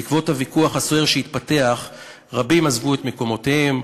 בעקבות הוויכוח הסוער שהתפתח רבים עזבו את מקומותיהם,